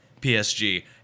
PSG